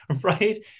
right